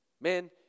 Man